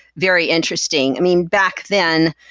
very interesting. i mean, back then,